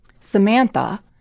Samantha